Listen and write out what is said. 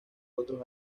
otros